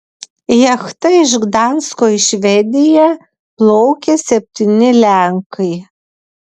jachta iš gdansko į švediją plaukė septyni lenkai